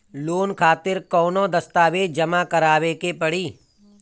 Loan खातिर कौनो दस्तावेज जमा करावे के पड़ी?